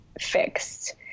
fixed